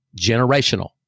generational